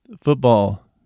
football